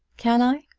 can i?